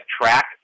track